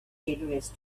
generous